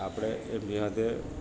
આપણે એમની હાથે